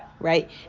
right